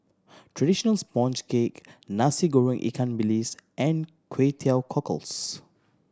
traditional sponge cake Nasi Goreng ikan bilis and Kway Teow Cockles